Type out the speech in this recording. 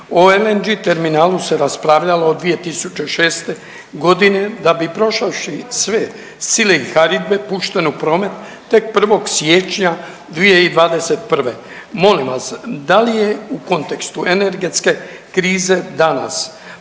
O LNG terminalu se raspravljalo od 2006. godine da bi prošavši sve sile i …/Govornik se ne razumije./… pušten u promet tek 1. siječnja 2021. Molim vas da li je u kontekstu energetske krize danas,